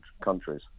countries